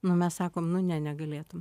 nu mes sakom nu ne negalėtum